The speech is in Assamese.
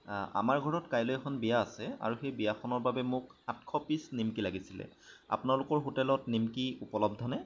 আমাৰ ঘৰত কাইলৈ এখন বিয়া আছে আৰু সেই বিয়াখনৰ বাবে মোক আঠশ পিছ নিমকি লাগিছিলে আপোনালোকৰ হোটেলত নিমকি উপলব্ধনে